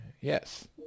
Yes